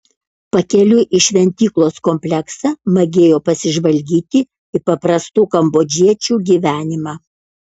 pakeliui į šventyklos kompleksą magėjo pasižvalgyti į paprastų kambodžiečių gyvenimą